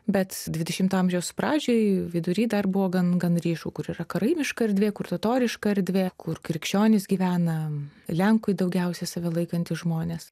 bet dvidešimto amžiaus pradžioj vidury dar buvo gan gan ryškų kur yra karaimiška erdvė kur totoriška erdvė kur krikščionys gyvena lenkui daugiausia save laikantys žmonės